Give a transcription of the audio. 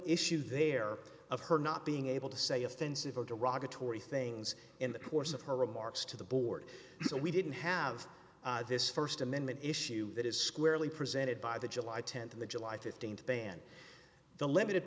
issue there of her not being able to say offensive or derogatory things in the course of her remarks to the board so we didn't have this st amendment issue that is squarely presented by the july th of the july th ban the limited